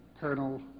Colonel